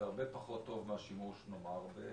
והרבה פחות טוב מהשימוש בשמש.